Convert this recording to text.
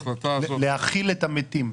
להכיל את המתים.